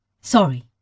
Sorry